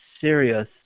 serious